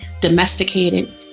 domesticated